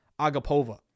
Agapova